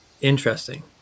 Interesting